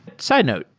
side note.